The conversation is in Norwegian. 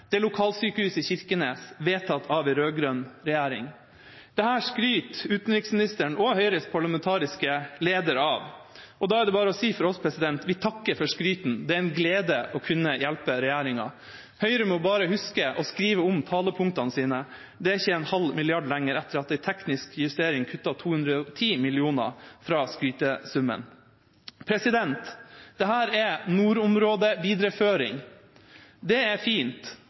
det er lokalsykehuset i Kirkenes, vedtatt av en rød-grønn regjering. Dette skryter utenriksministeren og Høyres parlamentariske leder av. Da er det bare for oss å si: Vi takker for skrytet, det er en glede å kunne hjelpe regjeringa. Høyre må bare huske å skrive om talepunktene sine. Det er ikke en halv milliard lenger, etter at en teknisk justering kuttet 210 mill. kr fra skrytesummen. Dette er nordområdevidereføring. Det er fint,